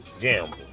Gamble